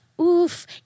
Oof